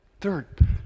third